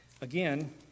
Again